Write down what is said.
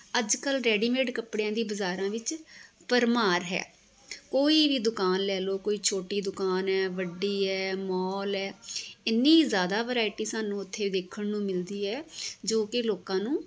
ਅੱਜ ਕੱਲ੍ਹ ਰੇਡੀਮੇਡ ਕੱਪੜਿਆਂ ਦੀ ਬਜ਼ਾਰਾਂ ਵਿੱਚ ਭਰਮਾਰ ਹੈ ਕੋਈ ਵੀ ਦੁਕਾਨ ਲੈ ਲਓ ਕੋਈ ਛੋਟੀ ਦੁਕਾਨ ਹੈ ਵੱਡੀ ਹੈ ਮੋਲ ਹੈ ਇੰਨੀ ਜ਼ਿਆਦਾ ਵਰਾਇਟੀ ਸਾਨੂੰ ਉੱਥੇ ਦੇਖਣ ਨੂੰ ਮਿਲਦੀ ਹੈ ਜੋ ਕਿ ਲੋਕਾਂ ਨੂੰ